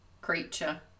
creature